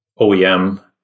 OEM